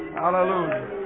Hallelujah